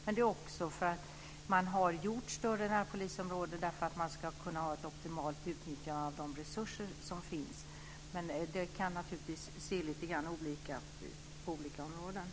Men man har gjort det också för att kunna få ett optimalt utnyttjande av resurserna, och det kan se lite olika ut i de olika områdena.